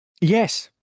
Yes